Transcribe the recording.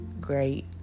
great